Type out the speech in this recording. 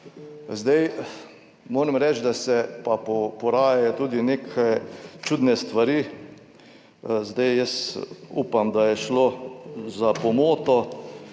Moram reči, da se pa porajajo tudi neke čudne stvari. Jaz upam, da je šlo za pomoto,